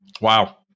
wow